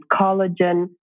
collagen